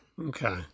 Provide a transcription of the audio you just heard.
Okay